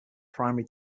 primary